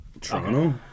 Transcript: Toronto